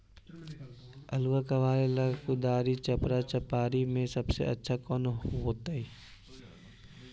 आलुआ कबारेला कुदारी, चपरा, चपारी में से सबसे अच्छा कौन होतई?